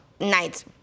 nights